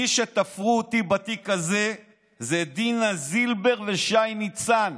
מי שתפרו אותי בתיק הזה זה דינה זילבר ושי ניצן.